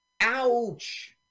Ouch